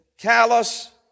callous